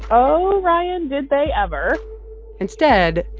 oh, ryan, did they ever instead,